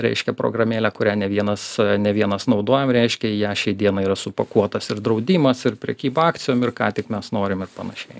reiškia programėlę kurią ne vienas ne vienas naudojam reiškia į ją šiai dienai yra supakuotas ir draudimas ir prekyba akcijom ir ką tik mes norim ir panašiai